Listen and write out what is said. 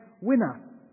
winner